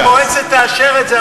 המועצה תאשר את זה,